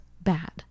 bad